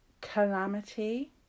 calamity